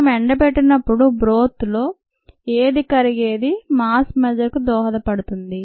మనం ఎండబెట్టినప్పుడు బ్రోత్ లో ఏది కరిగేది మాస్ మెజర్ కు దోహదపడుతుంది